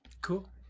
Cool